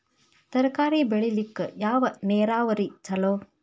ತರಕಾರಿ ಬೆಳಿಲಿಕ್ಕ ಯಾವ ನೇರಾವರಿ ಛಲೋ?